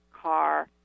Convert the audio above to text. car